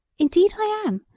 indeed i am.